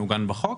מעוגן בחוק.